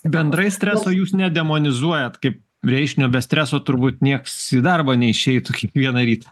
bendrai streso jūs nedemonizuojat kaip reiškinio be streso turbūt nieks į darbą neišeitų kiekvieną rytą